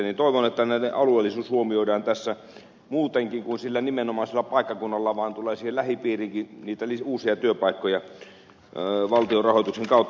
toivon että näiden alueellisuus huomioidaan tässä muutenkin kuin sillä nimenomaisella paikkakunnalla niin että tulee siihen lähipiiriinkin uusia työpaikkoja valtion rahoituksen kautta